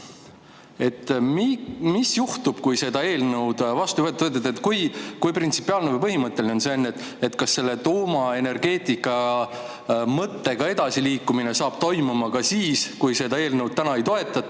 mis juhtub, kui seda eelnõu vastu ei võeta? Kui printsipiaalne või põhimõtteline see on? Kas tuumaenergeetika mõttega edasiliikumine saab toimuda ka siis, kui seda eelnõu täna ei toetata?